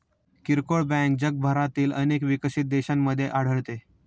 किरकोळ बँक जगभरातील अनेक विकसित देशांमध्ये आढळते